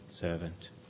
servant